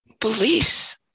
Beliefs